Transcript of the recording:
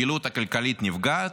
הפעילות הכלכלית נפגעת,